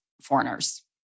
foreigners